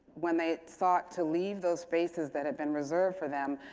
when they sought to leave those spaces that had been reserved for them,